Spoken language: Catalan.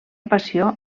passió